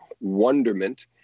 wonderment